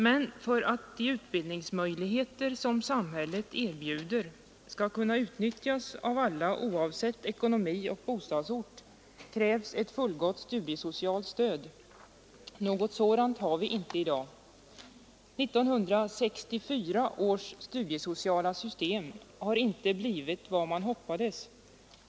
Men för att de utbildningsmöjligheter som samhället erbjuder skall kunna utnyttjas av alla, oavsett ekonomi och bostadsort, krävs ett fullgott studiesocialt stöd. Något sådant har vi inte i dag. 1964 års studiesociala system har inte blivit vad man hoppades.